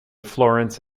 florence